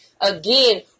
Again